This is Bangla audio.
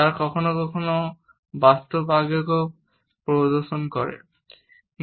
তারা কখনও কখনও বাস্তব আবেগও প্রদর্শন করতে পারে